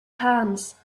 hands